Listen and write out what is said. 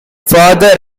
further